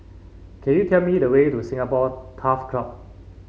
can you tell me the way to Singapore Turf Club